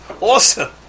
Awesome